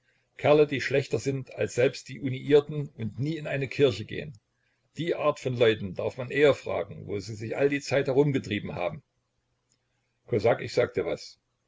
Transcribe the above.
kerle die schlechter sind als selbst die uniierten und nie in eine kirche gehn die art von leuten darf man eher fragen wo sie sich all die zeit herumgetrieben haben kosak ich sag dir was